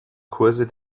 kurse